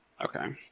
okay